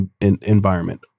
environment